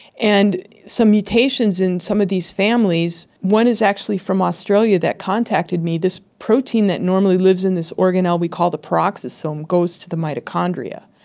and some mutations in some of these families, one is actually from australia that contacted me, this protein that normally lives in this organelle we call the peroxisome goes to the mitochondria.